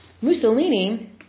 Mussolini